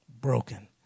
Broken